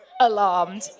Alarmed